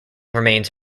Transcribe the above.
remains